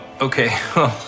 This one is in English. okay